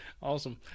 Awesome